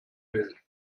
will